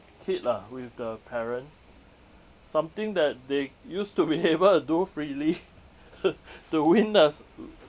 kid lah with the parent something that they used to be able to do freely to win the s~